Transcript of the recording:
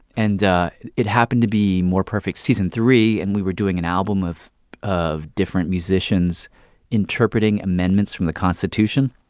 and it happened to be more perfect season three, and we were doing an album of of different musicians interpreting amendments from the constitution.